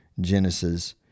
Genesis